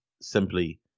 simply